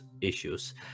issues